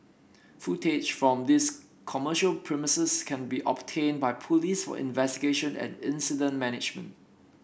footage from these commercial premises can be obtained by police for investigation and incident management